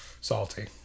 Salty